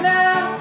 now